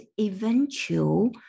eventual